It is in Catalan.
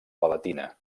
palatina